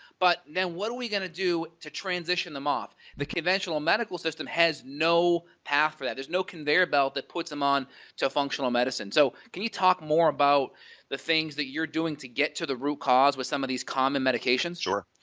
but then what are we gonna do to transition them off? the conventional medical system has no path for that. there's no conveyor belt that puts them on to a functional medicine. so can you talk more about the things that you're doing to get to the root cause with some of these common medications? dr. tom